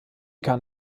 kann